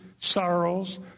sorrows